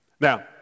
Now